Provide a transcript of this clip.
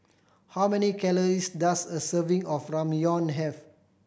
how many calories does a serving of Ramyeon have